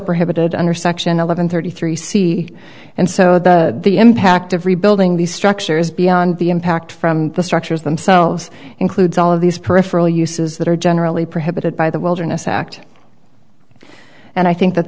prohibited under section eleven thirty three c and so the impact of rebuilding these structures beyond the impact from the structures themselves includes all of these peripheral uses that are generally prohibited by the wilderness act and i think that